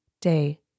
day